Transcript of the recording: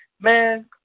man